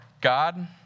God